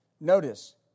Notice